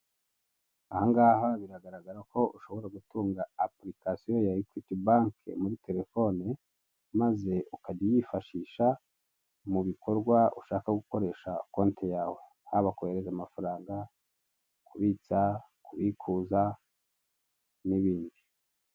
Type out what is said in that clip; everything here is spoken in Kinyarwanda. Ahangaha biragaragara ko ushobora gutunga apurikasiyo ya ekwiti banki muri telefoni, maze ukajya uyifashisha mu bikorwa ushaka gukoresha konti yawe. Haba kohereza amafaranga, kubitsa, kubikuza n'ibindi.